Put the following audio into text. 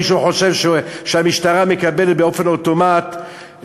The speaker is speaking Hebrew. אם מישהו חושב שהמשטרה מקבלת אישור אוטומטי